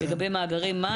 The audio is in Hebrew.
לגבי מאגרי מים.